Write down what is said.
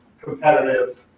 competitive